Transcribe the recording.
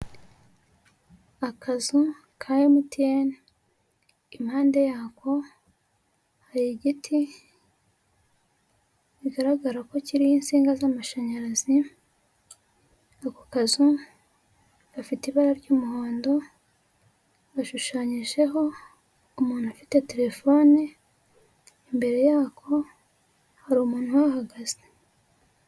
Akazu ka emutiyeni, impande yako hari igiti bigaragara ko kiriho insinga z'amashanyarazi, ako kazu gafite ibara ry'umuhondo, gashushanyijeho umuntu ufite terefone, imbere yako hari umuntu uhahagaze.